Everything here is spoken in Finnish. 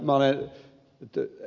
minä olen ed